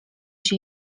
się